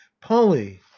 polly